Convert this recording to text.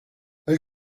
elle